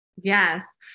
Yes